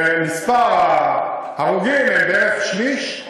ומספר ההרוגים הוא בערך שליש,